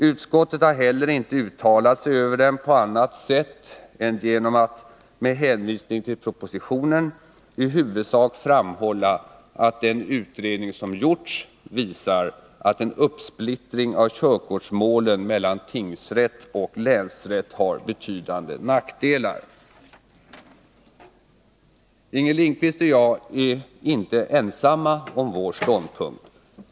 Utskottet har heller inte uttalat sig över dem på annat sätt än genom att — med hänvisning till propositionen —i huvudsak framhålla att den utredning som gjorts visar att en uppsplittring av körkortsmålen mellan tingsrätt och länsrätt har betydande nackdelar. Inger Lindquist och jag är inte ensamma om vår ståndpunkt.